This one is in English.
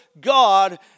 God